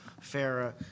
Farah